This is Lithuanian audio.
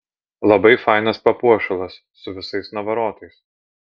labai fainas papuošalas su visais navarotais